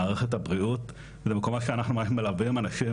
מערכת הבריאות אלה מקומות שבהם אנחנו מלווים אנשים